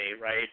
right